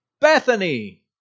Bethany